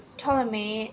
Ptolemy